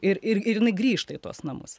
ir ir ir jinai grįžta į tuos namus